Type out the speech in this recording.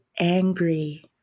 angry